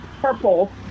purple